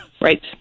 Right